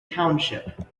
township